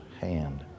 hand